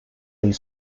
ayı